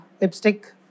lipstick